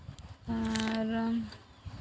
ᱟᱨ